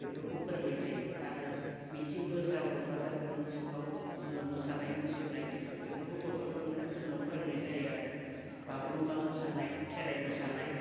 बेफोरखौ फोरोंनाय जायो आरो मिथिंफोर जाब्रबबा दा गुन'त्सबफ्राव जोङो मोसानाय मुसुरनाय बेखौबो गथ'फोरनो जोङो फोरोंनाय जायो आरो बागुरुमबा मोसानाय खेराइ मोसानाय